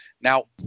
now